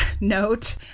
note